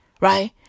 right